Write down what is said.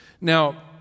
Now